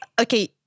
okay